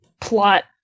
plot